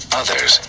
others